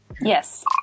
Yes